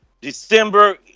December